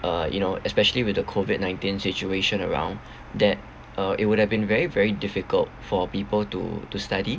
uh you know especially with COVID nineteen situation around that uh it would've been very very difficult for people to to study